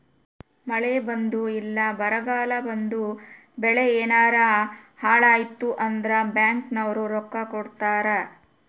ಮಳೆ ಬಂದು ಇಲ್ಲ ಬರಗಾಲ ಬಂದು ಬೆಳೆ ಯೆನಾರ ಹಾಳಾಯ್ತು ಅಂದ್ರ ಬ್ಯಾಂಕ್ ನವ್ರು ರೊಕ್ಕ ಕೊಡ್ತಾರ